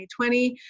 2020